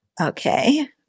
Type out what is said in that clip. Okay